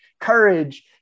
courage